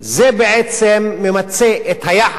זה בעצם ממצה את היחס